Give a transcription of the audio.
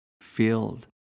field